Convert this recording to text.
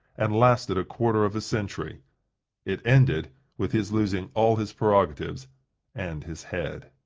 and lasted a quarter of a century it ended with his losing all his prerogatives and his head.